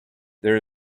there